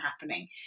happening